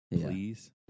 please